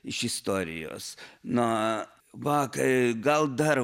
iš istorijos na va kai gal dar